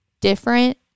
different